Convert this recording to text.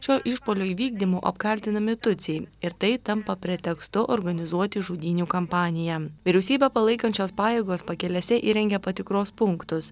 šio išpuolio įvykdymu apkaltinami tutsiai ir tai tampa pretekstu organizuoti žudynių kampaniją vyriausybę palaikančios pajėgos pakelėse įrengia patikros punktus